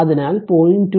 അതിനാൽ 0